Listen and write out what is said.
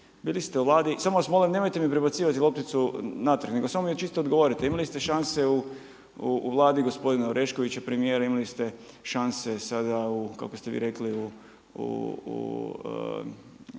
bili ste u Vladi, samo vas molim nemojte mi prebacivati lopticu natrag nego mi samo čisto odgovorite. Imali ste šanse u Vladi gospodina Oreškovića premijera, imali ste šanse sada kako ste vi rekli za